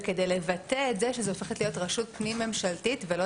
וכדי לבטא את זה שהיא הופכת להיות רשות פנים ממשלתית ולא